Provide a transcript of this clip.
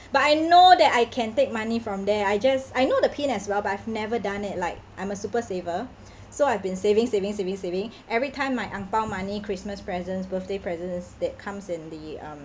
but I know that I can take money from there I just I know the PIN as well but I've never done it like I'm a super saver so I've been saving saving saving saving every time my angbao money christmas presents birthday presents that comes in the um